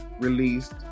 released